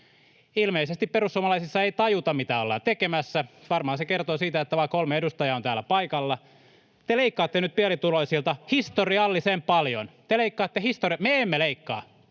Ilmeisesti perussuomalaisissa ei tajuta, mitä ollaan tekemässä. Varmaan se kertoo siitä, että vain kolme edustajaa on täällä paikalla. [Miko Bergbom: Montako teitä on?] Te leikkaatte nyt pienituloisilta historiallisen paljon. Me emme leikkaa,